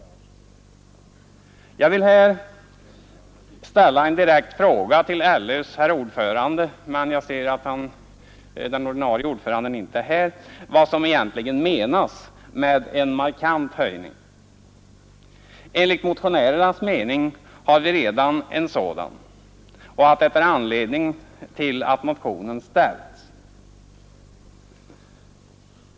Jag skulle nu vilja ställa en direkt fråga till lagutskottets herr ordförande, men jag ser att den ordinarie ordföranden inte är här: Vad menas egentligen med en markant höjning? Enligt motionärernas mening har vi redan en sådan, och det är anledningen till att motionen väckts.